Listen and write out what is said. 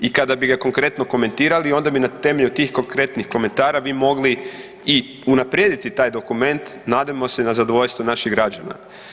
I kada bi ga konkretno komentirali onda bi na temelju tih konkretnih komentara vi mogli i unaprijediti taj dokument nadajmo se na zadovoljstvo naših građana.